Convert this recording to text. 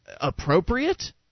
appropriate